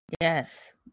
yes